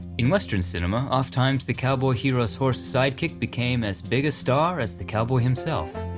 in western cinema oft times the cowboy hero's horse sidekick became as big a star as the cowboy himself.